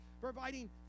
providing